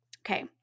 Okay